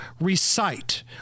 recite